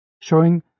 showing